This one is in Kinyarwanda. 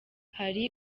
hari